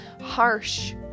harsh